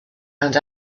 and